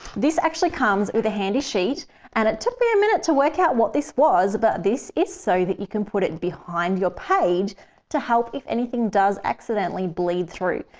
this actually comes with a handy sheet and it took me a minute to work out what this was, but this is so that you can put it it behind your page to help if anything does accidentally bleed through.